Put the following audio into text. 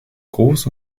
groß